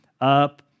up